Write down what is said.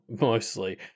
mostly